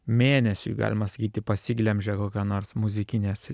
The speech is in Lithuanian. mėnesiui galima sakyti pasiglemžia kokia nors muzikinės